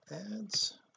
ads